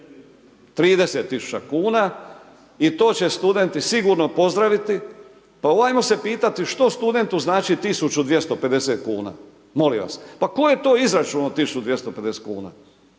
30.000 kuna i to će studenti sigurno pozdraviti. Ajmo se pitati što studentu znači 1.250 kuna, molim vas? Pa tko je izračunao 1.250 kuna.